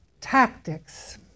tactics